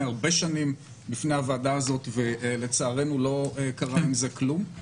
הרבה שנים בפני הוועדה הזאת ולצערנו לא קרה עם זה כלום.